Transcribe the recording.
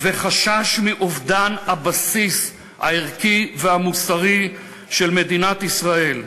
וחשש מאובדן הבסיס הערכי והמוסרי של מדינת ישראל: